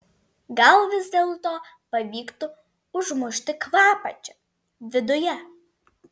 gal vis dėlto pavyktų užmušti kvapą čia viduje